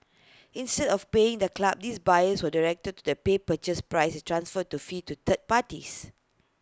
instead of paying the club these buyers were direced to the pay purchase price and transfer to fee to third parties